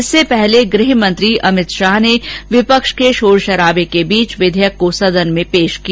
इससे पहले गृहमंत्री अमित शाह ने विपक्ष के शोर शराबे के बीच विधेयक को सदन में प्रस्तुत किया